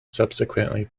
subsequently